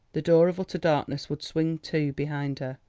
the door of utter darkness would swing to behind her,